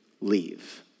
leave